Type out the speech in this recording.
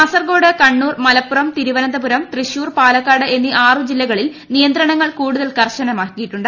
കാസർഗോഡ് കണ്ണൂർ മലപ്പുറം തിരുവനന്തപുരം തൃശ്ശൂർ പാലക്കാട് എന്നീ ആറ് ജില്ലകളിൽ നിയന്ത്രണങ്ങൾ കൂടുതൽ കർശനമാക്കിയിട്ടുണ്ട്